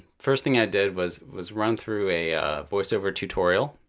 first thing i did was was run through a voiceover tutorial,